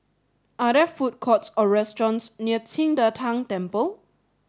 are there food courts or restaurants near Qing De Tang Temple